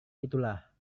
itulah